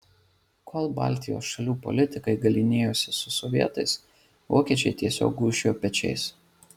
kol baltijos šalių politikai galynėjosi su sovietais vokiečiai tiesiog gūžčiojo pečiais